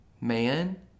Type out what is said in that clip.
man